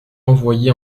envoyé